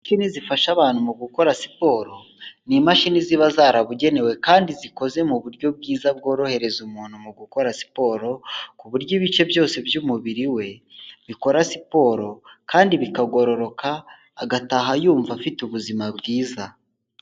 Imashini zifasha abantu mu gukora siporo, ni imashini ziba zarabugenewe kandi zikoze mu buryo bwiza bworohereza umuntu mu gukora siporo, ku buryo ibice byose by'umubiri we bikora siporo kandi bikagororoka agataha yumva afite ubuzima bwiza.